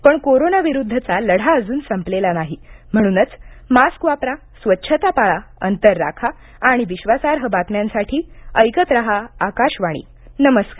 पण कोरोना विरुद्धचा लढा संपलेला नाही म्हणूनच मास्क वापरा स्वच्छता पाळा अंतर राखा आणि विश्वासार्ह बातम्यांसाठी ऐकत रहा आकाशवाणी नमस्कार